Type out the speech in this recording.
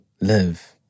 live